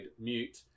mute